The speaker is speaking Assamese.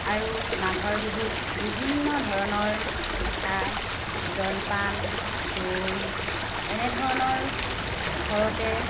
আৰু মাঘৰ বিহুত বিভিন্ন ধৰণৰ পিঠা জলপান দৈ এনেধৰণৰ ঘৰতে